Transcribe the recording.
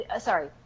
sorry